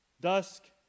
Dusk